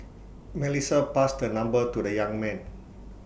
Melissa passed her number to the young man